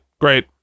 Great